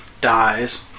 dies